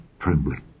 trembling